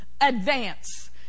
advance